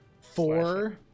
four